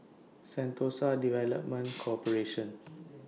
Sentosa Development Corporation